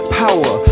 power